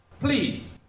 Please